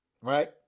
right